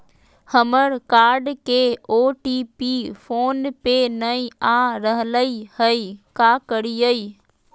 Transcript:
हमर कार्ड के OTP phone पे नई आ रहलई हई, का करयई?